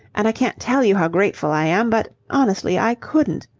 and i can't tell you how grateful i am, but honestly, i couldn't.